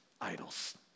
idols